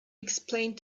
explained